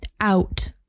out